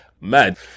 mad